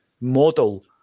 model